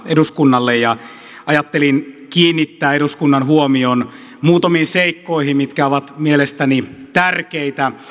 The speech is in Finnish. eduskunnalle ja ajattelin kiinnittää eduskunnan huomion muutamiin seikkoihin mitkä ovat mielestäni tärkeitä